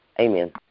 Amen